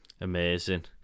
amazing